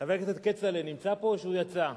חבר הכנסת כצל'ה נמצא פה או שהוא יצא?